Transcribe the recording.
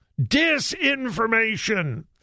Disinformation